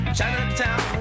Chinatown